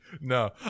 No